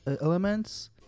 elements